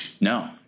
No